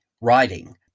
writing